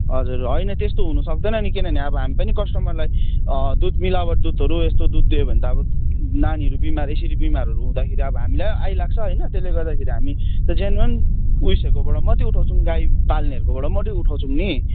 हजुर होइन त्यस्तो हुनु सक्दैन नि किनभने अब हामी पनि कस्टमरलाई दुध मिलावट दुधहरू यस्तो दुध दियो भने त अब नानीहरू बिमार यसरी बिमारहरू हुँदाखेरि अब हामीलाई आइलाग्छ होइन त्यसले गर्दाखेरि हामी त जेनुइन ऊ यसहरूकोबाट मात्रै उठाउँछौँ गाई पाल्नेहरूकोबाट मात्रै उठाउँछौँ नि